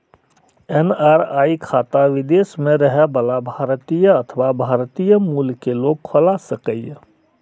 NRI खाता विदेश मे रहै बला भारतीय अथवा भारतीय मूल के लोग खोला सकैए